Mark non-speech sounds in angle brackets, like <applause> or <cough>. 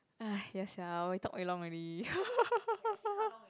ah yes sia we talk very long already <laughs>